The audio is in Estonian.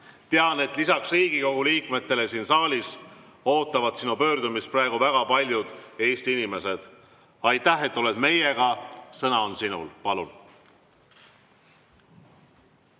Tean, et lisaks Riigikogu liikmetele siin saalis ootavad sinu pöördumist praegu väga paljud Eesti inimesed. Aitäh, et oled meiega! Sõna on sinul. Palun!